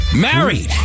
Married